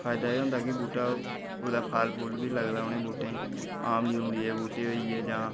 फायदा एह् हुंदा कि कुदै फल फुल्ल बी लगदा उ'नेंगी बूह्टे गी आमली उमली दे बूह्टे होई गे जां